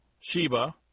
Sheba